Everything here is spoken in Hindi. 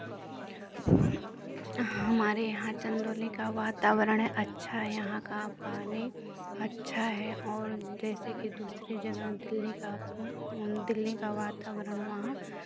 हमारे यहाँ चंदौली का वातावरण है अच्छा यहाँ का पानी अच्छा है और जैसे कि दूसरी जगह दिल्ली का दिल्ली का वातावरण वहाँ